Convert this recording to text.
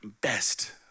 best